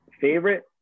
Favorite